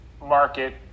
market